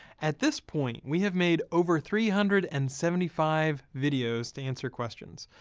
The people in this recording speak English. at this point, we have made over three hundred and seventy five videos to answer questions.